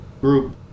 group